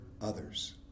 others